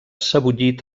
sebollit